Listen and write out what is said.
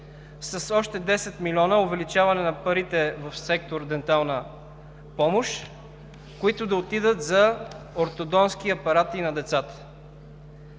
с още 10 млн. лв. увеличаване на парите в сектор дентална помощ, които да отидат за ортодонтски апарати на децата.